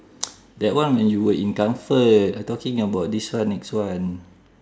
that one when you were in comfort I talking about this one next one